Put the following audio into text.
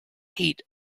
heat